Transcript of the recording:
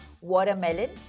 watermelon